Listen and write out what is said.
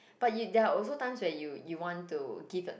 but you~ there are also times where you you want to give the